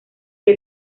que